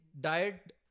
diet